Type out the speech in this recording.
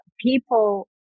people